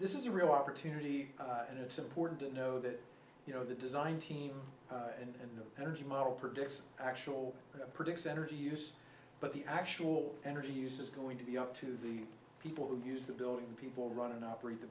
this is a real opportunity and it's important to know that you know the design team and the energy model predicts actual predicts energy use but the actual energy use is going to be up to the people who use the building and people run and operate the